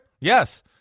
yes